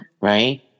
Right